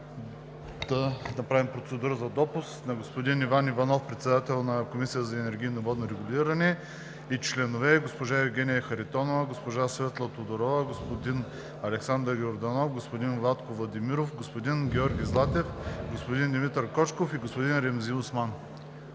да направим процедура за допуск на господин Иван Иванов – председател на Комисията за енергийно и водно регулиране, и членове: госпожа Евгения Харитонова, госпожа Светла Тодорова, господин Александър Йорданов, господин Владко Владимиров, господин Георги Златев, господин Димитър Кочков и господин Ремзи Осман.